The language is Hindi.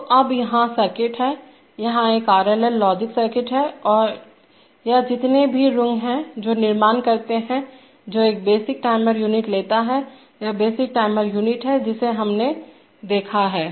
तो अब यहाँ सर्किट है यहाँ एक RLL लॉजिक सर्किट है या जितने भी रंग हैं जो निर्माण करते हैं जो एक बेसिक टाइमर यूनिट लेता है यह बेसिक टाइमर यूनिट है जिसे हमने देखा है